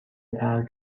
ترک